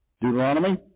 Deuteronomy